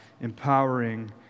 empowering